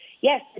yes